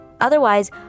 Otherwise